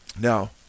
Now